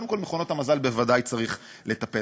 קודם כול, במכונות המזל בוודאי צריך לטפל.